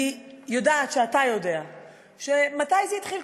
אני יודעת שאתה יודע מתי זה התחיל,